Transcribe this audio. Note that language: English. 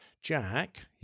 Jack